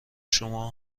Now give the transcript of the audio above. شما